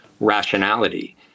rationality